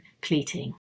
pleating